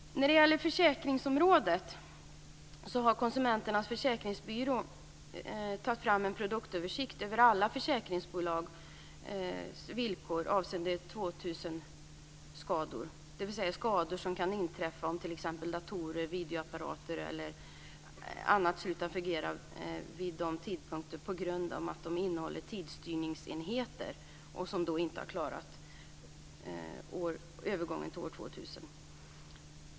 På försäkringsområdet har Konsumenternas Försäkringsbyrå tagit fram en produktöversikt över alla försäkringsbolags villkor avseende 2000-skador, dvs. skador som kan inträffa om t.ex. datorer, videoapparater e.d. slutar fungera vid vissa tidpunkter på grund av att de innehåller tidsstyrningsenheter som inte klarar övergången till år 2000.